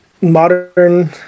modern